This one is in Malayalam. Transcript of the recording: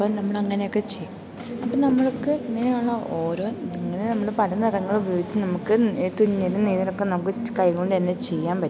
അപ്പം നമ്മളങ്ങനെയൊക്കെ ചെയ്യും അപ്പം നമ്മൾക്ക് ഇങ്ങനെയുള്ള ഓരോ ഇങ്ങനെ നമ്മൾ പല നിറങ്ങളുപയോഗിച്ച് നമ്മൾക്ക് ഈ തുന്നലും നെയ്തലൊക്കെ നമുക്ക് കൈ കൊണ്ടു തന്നെ ചെയ്യാൻ പറ്റും